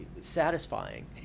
satisfying